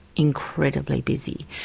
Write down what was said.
incredibly busy.